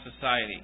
society